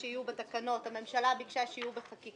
שגם נכנעת בו וקיבלת את עמדת הממשלה המקורית לעניין דוחות והודעות.